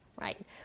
right